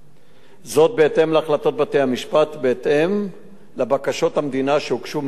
בהתאם להחלטות בתי-המשפט ובהתאם לבקשות המדינה שהוגשו מדי שישה חודשים.